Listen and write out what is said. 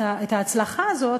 את ההצלחה הזאת,